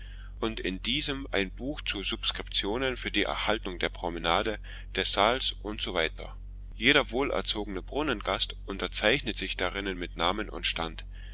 und in diesem ein buch zu subskriptionen für die erhaltung der promenade des saals usw jeder wohlerzogene brunnengast unterzeichnet sich darinnen mit namen und stand